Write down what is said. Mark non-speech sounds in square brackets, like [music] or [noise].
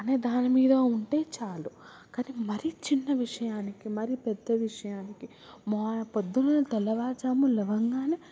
అనే దానిమీద ఉంటే చాలు కానీ మరీ చిన్న విషయానికి మరి పెద్ద విషయానికి మొ [unintelligible] పొద్దున్న తెల్లవారు జామున లేవగానే